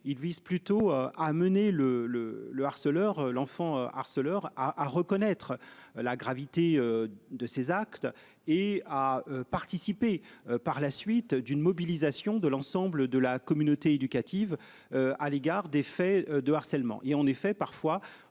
Il vise plutôt à mener le le le harceleur l'enfant harceleur à à reconnaître la gravité de ses actes et à participer par la suite d'une mobilisation de l'ensemble de la communauté éducative à l'égard des faits de harcèlement et en effet, parfois